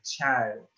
child